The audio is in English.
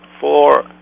four